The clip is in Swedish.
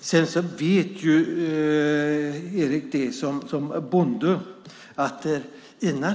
Erik som är bonde vet ju att innan